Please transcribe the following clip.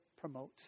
promote